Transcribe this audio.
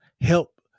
help